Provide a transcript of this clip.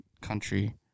Country